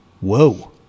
Whoa